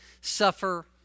suffer